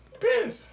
Depends